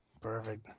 Perfect